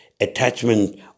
attachment